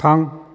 थां